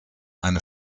eine